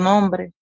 Nombre